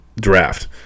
draft